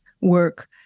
work